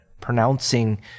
pronouncing